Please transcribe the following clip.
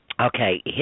Okay